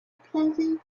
pleasant